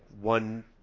one